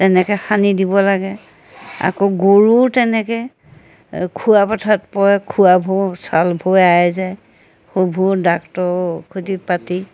তেনেকৈ সানি দিব লাগে আকৌ গৰুও তেনেকৈ খুৰা ফটাত পৰে খুৰাবোৰৰ চালবোৰ এৰাই যায় সৰু ডাক্তৰক সুধি পাতি